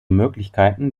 möglichkeiten